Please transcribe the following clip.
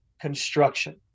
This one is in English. construction